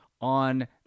on